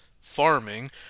farming